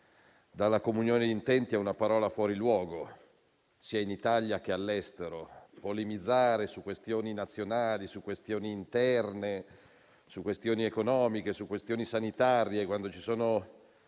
dalla comunione d'intenti è fuori luogo, sia in Italia che all'estero. Polemizzare su questioni nazionali, su questioni interne, su questioni economiche, su questioni sanitarie quando ci sono